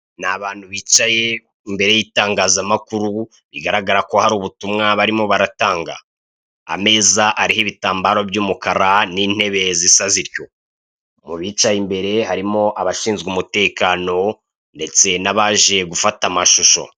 Ni abantu bicaye imbere y'itangazamakuru, bigaragara ko hari ubutumwa barimo baratanga, ameza ariho ibitambaro by'umukara n'intebe zisa zityo, mu bicaye imbere harimo abashinzwe umutekano ndetse n'abaje gufata amashusho.